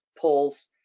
pulls